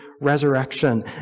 resurrection